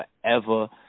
forever